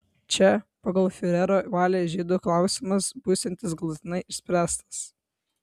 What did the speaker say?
čia pagal fiurerio valią žydų klausimas būsiantis galutinai išspręstas